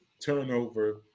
turnover